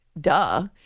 duh